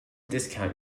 discount